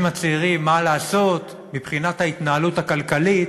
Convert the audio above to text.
הצעירים מה לעשות מבחינת ההתנהלות הכלכלית,